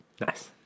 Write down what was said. Nice